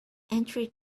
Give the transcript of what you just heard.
entry